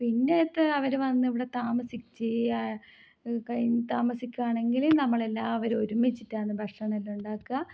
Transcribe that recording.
പിന്നക്കെ അവർ വന്ന് ഇവടെ താമസിച്ച് കഴിഞ്ഞു തമാസിക്കുകയാണെങ്കി നമ്മൾ എല്ലാവരും ഒരുമിച്ചിട്ടാണ് ഭക്ഷണമെല്ലാം ഉണ്ടാക്കുക